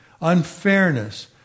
unfairness